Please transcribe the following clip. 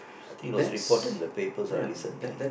I think it was reported in the papers ah recently